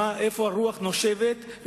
לאן נושבת הרוח,